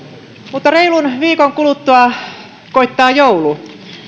mutta reilun viikon kuluttua koittaa joulu